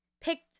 picked –